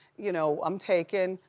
you know, i'm taken,